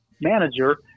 manager